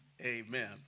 Amen